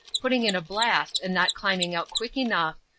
putting in a blast and not climbing out quick enough,